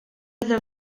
iddo